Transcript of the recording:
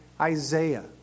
Isaiah